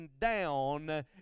down